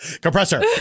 Compressor